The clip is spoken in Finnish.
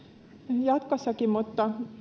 jatkossakin mutta